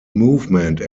movement